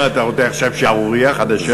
מה, אתה רוצה עכשיו שערורייה חדשה?